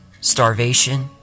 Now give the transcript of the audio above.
starvation